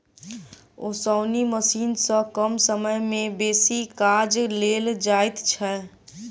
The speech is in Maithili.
ओसौनी मशीन सॅ कम समय मे बेसी काज लेल जाइत छै